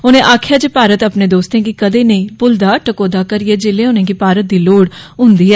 उनें आक्खेया जे भारत अपने दोस्तें गी कदे नेई भ्रल्लदा टकोहदा करियै जेल्लै उनेंगी भारत दी लोड़ होन्दी ऐ